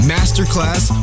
Masterclass